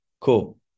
cool